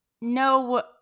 no